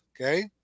okay